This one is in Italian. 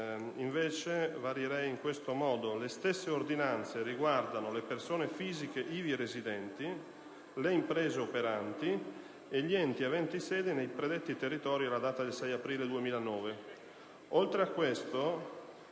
dovrebbe così recitare: «Le stesse ordinanze riguardano le persone fisiche ivi residenti, le imprese operanti e gli enti aventi sede nei predetti territori alla data del 6 aprile 2009».